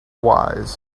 wise